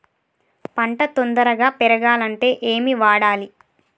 పంట తొందరగా పెరగాలంటే ఏమి వాడాలి?